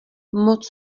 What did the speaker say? moc